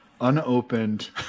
unopened